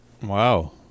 Wow